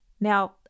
Now